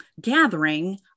gathering